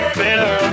better